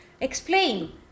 explain